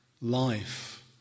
life